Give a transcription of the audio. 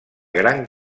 gran